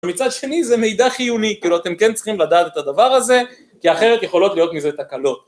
מצד שני זה מידע חיוני, כאילו אתם כן צריכים לדעת את הדבר הזה, כי אחרת יכולות להיות מזה תקלות.